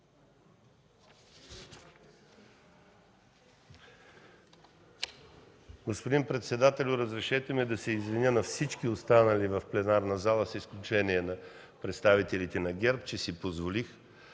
Господин председателю, разрешете ми да се извиня на всички останали в пленарната зала, с изключение на представителите на ГЕРБ, че си позволих